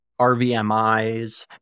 RVMIs